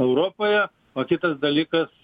europoje o kitas dalykas